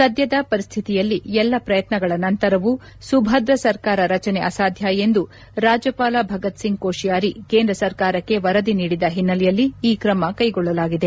ಸದ್ದದ ಪರಿಸ್ವಿತಿಯಲ್ಲಿ ಎಲ್ಲ ಪ್ರಯತ್ನಗಳ ನಂತರವೂ ಸುಭದ್ರ ಸರ್ಕಾರ ರಚನೆ ಅಸಾಧ್ಯ ಎಂದು ರಾಜ್ಲಪಾಲ ಭಗತ್ ಸಿಂಗ್ ಕೋಶಿಯಾರಿ ಕೇಂದ್ರ ಸರ್ಕಾರಕ್ಕೆ ವರದಿ ನೀಡಿದ ಹಿನ್ನೆಲೆಯಲ್ಲಿ ಈ ಕ್ರಮ ಕ್ಲೆಗೊಳ್ಳಲಾಗಿದೆ